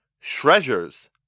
treasures